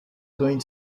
going